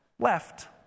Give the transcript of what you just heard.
left